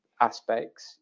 aspects